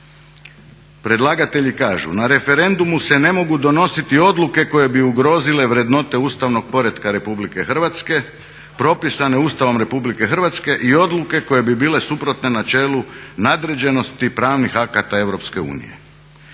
predlagatelji kažu: "Na referendumu se ne mogu donositi odluke koje bi ugrozile vrednote ustavnog poretka Republike Hrvatske propisane Ustavom Republike Hrvatske i odluke koje bi bile suprotne načelu nadređenosti pravnih akata